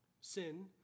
sin